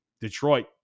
Detroit